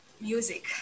music